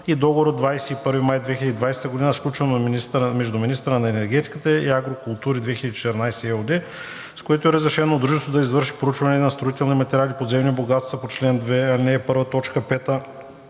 и Договор от 21 май 2020 г., сключен между министъра на енергетиката и „Агро култури 2014“ ЕООД, с което е разрешено на дружеството да извърши проучване на строителни материали – подземни богатства по чл. 2, ал. 1,